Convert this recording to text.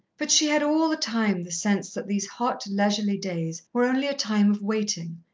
but she had all the time the sense that these hot, leisurely days were only a time of waiting,